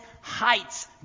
heights